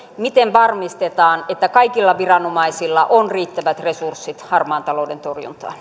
miten varmistetaan että kaikilla viranomaisilla on riittävät resurssit harmaan talouden torjuntaan